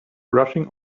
rushing